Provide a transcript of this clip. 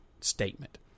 statement